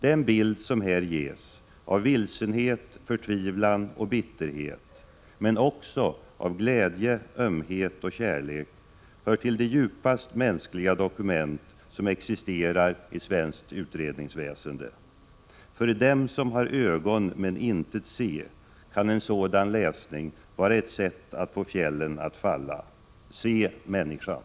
Den bild som här ges av vilsenhet, förtvivlan och bitterhet, men också av glädje, ömhet och kärlek hör till de djupast mänskliga dokument som existerar i svenskt utredningsväsende. För dem som har ögon men intet ser kan en sådan läsning vara ett sätt att få fjällen att falla. Se människan!